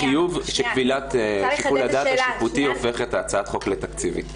שכבילת שיקול הדעת השיפוטי הופכת את הצעת החוק לתקציבית.